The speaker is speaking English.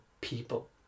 people